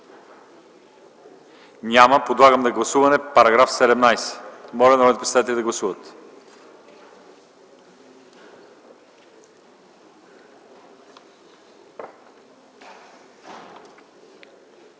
Няма. Подлагам на гласуване § 18, моля народните представители да гласуват.